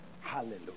Hallelujah